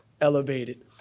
elevated